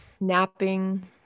napping